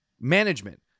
management